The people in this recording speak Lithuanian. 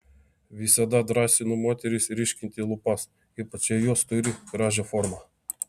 visada drąsinu moteris ryškinti lūpas ypač jei jos turi gražią formą